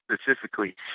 specifically